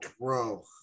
bro